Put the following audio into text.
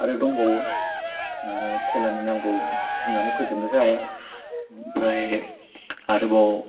आरो दंबावो ओह खेलानि नामखौ बुंनानै फोजोबनोसो हाया ओमफ्राय आरोबाव